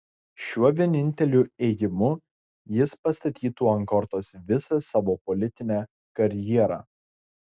šiuo vieninteliu ėjimu jis pastatytų ant kortos visą savo politinę karjerą